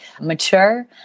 mature